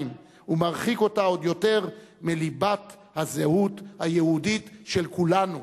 ומרחיק אותה עוד יותר מליבת הזהות היהודית של כולנו.